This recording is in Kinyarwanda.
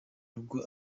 rugo